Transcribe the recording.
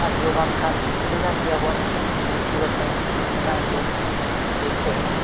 ᱟᱨ ᱡᱮ ᱵᱟᱝᱠᱷᱟᱱ ᱟᱹᱰᱤᱜᱟᱱ ᱜᱮ ᱟᱵᱚᱣᱟᱜ ᱵᱤᱱᱛᱤ ᱵᱟᱠᱷᱮᱲ ᱢᱮᱱᱟᱜ ᱜᱮᱭᱟ ᱡᱮ ᱛᱮᱦᱮᱧ